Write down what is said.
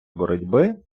боротьби